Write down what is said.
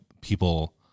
people